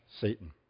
Satan